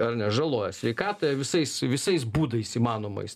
ar ne žaloja sveikatą visais visais būdais įmanomais